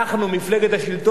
מפלגת השלטון,